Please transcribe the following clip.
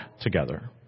together